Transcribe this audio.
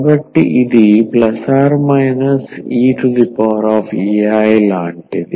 కాబట్టి ఇది eai లాంటిది